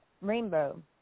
Rainbow